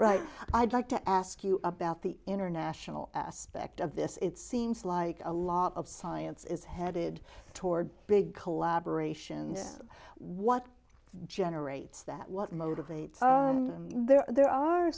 right i'd like to ask you about the international aspect of this it seems like a lot of science is headed toward big collaboration what generates that what motivates their there are